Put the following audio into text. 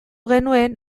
genuen